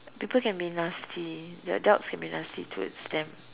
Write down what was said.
people can be nasty the adults can be nasty towards them